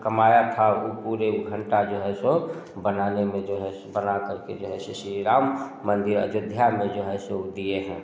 कमाया था वो पूरे घंटा जो है सो बना लगे जो है सो बना कर के जय से श्री राम मंदिर अयोध्या में जो है सो वो दिए हैं